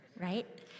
right